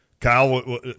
Kyle